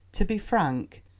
to be frank,